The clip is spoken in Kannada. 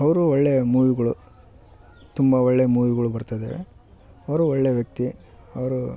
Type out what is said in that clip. ಅವ್ರು ಒಳ್ಳೆ ಮೂವಿಗಳು ತುಂಬ ಒಳ್ಳೆ ಮೂವಿಗಳು ಬರ್ತದೆ ಅವರು ಒಳ್ಳೆ ವ್ಯಕ್ತಿ ಅವರು